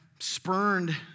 Spurned